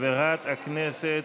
חברת הכנסת,